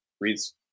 reads